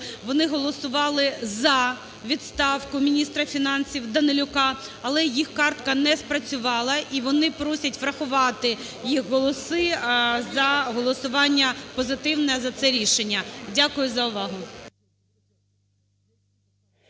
вони голосували за відставку міністра фінансів Данилюка, але їх картка не спрацювала, і вони просять врахувати їх голоси за голосування позитивне за це рішення. Дякую за увагу.